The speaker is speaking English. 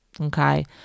okay